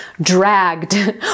dragged